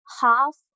half